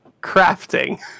crafting